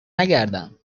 نگردم